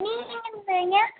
நீங்கள் எங்கேருந்து வரீங்க